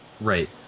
Right